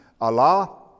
Allah